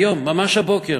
היום, ממש הבוקר,